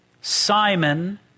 Simon